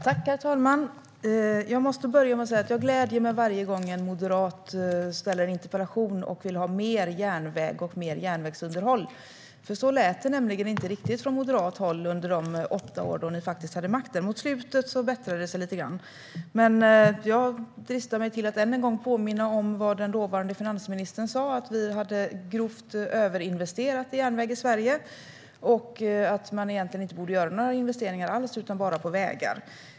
Herr talman! Jag måste börja med att säga att jag gläder mig varje gång en moderat ställer en interpellation och vill ha mer järnväg och mer järnvägsunderhåll. Så lät det nämligen inte riktigt från moderat håll under de åtta år då ni hade makten. Mot slutet bättrade det sig lite grann, men jag dristar mig till att än en gång påminna om vad den dåvarande finansministern sa om att vi hade grovt överinvesterat i järnväg i Sverige och att man egentligen inte borde göra några investeringar alls. Man borde bara investera i vägar, menade han.